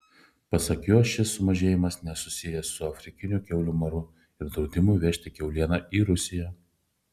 pasak jo šis sumažėjimas nesusijęs su afrikiniu kiaulių maru ir draudimu vežti kiaulieną į rusiją